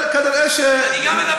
אני גם מדבר על השלום.